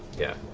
yeah.